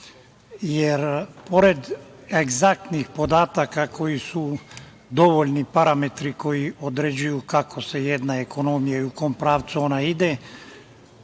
Srbiju. Pored egzaktnih podataka koji su dovoljni parametri koji određuju kako se jedna ekonomija i u kom pravcu ona ide